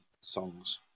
songs